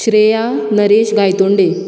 Shreya Naresh Gaitonde